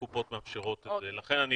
הקופות מאפשרות את זה ולכן,